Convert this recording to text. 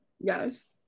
Yes